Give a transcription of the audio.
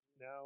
now